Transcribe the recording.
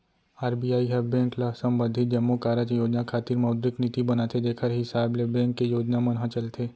RBI ह bank ल संबंधित जम्मो कारज योजना खातिर मौद्रिक नीति बनाथे जेखर हिसाब ले बेंक के योजना मन ह चलथे